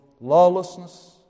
lawlessness